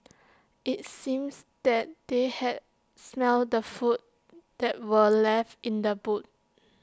IT seems that they had smelt the food that were left in the boot